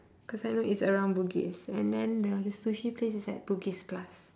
cause I know it's around bugis and then the the sushi place is at bugis-plus